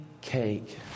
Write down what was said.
cake